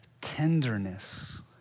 tenderness